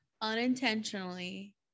Unintentionally